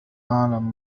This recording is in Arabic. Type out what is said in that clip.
أعلم